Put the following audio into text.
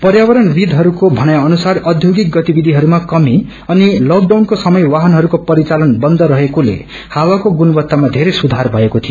पर्यावरणविदहरूको भनाई अनुसार आध्योगिक गतिविधिमा कमी अनि लकडाउनको समय वाइनहरूको परिचालन बन्द रहेकोले हावाको गुणवत्ता मा बेरै सुधार भएको थियो